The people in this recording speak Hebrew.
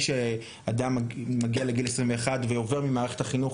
שאדם מגיע לגיל 21 ועובר ממערכת החינוך,